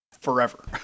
Forever